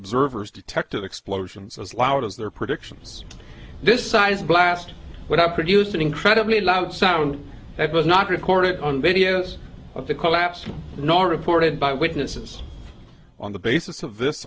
observers detected explosions as loud as their predictions this size blast would have produced an incredibly loud sound that was not recorded on videos of the collapse nor reported by witnesses on the basis of this